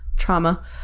trauma